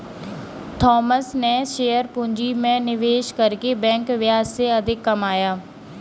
Thomas ने share पूंजी में निवेश करके बैंक ब्याज से अधिक कमाया